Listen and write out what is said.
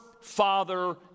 Father